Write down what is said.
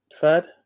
third